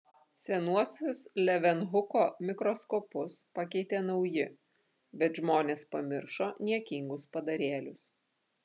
senuosius levenhuko mikroskopus pakeitė nauji bet žmonės pamiršo niekingus padarėlius